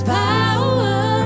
power